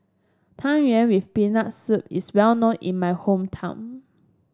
Tang Yuen with Peanut Soup is well known in my hometown